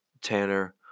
Tanner